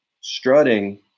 strutting